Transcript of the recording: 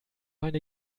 eine